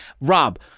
Rob